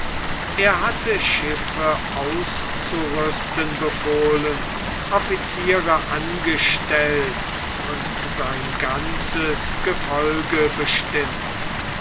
er hatte schiffe auszurüsten befohlen offiziere angestellt und sein ganzes gefolge bestimmt